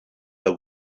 the